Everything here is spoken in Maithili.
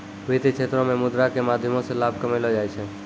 वित्तीय क्षेत्रो मे मुद्रा के माध्यमो से लाभ कमैलो जाय छै